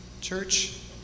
Church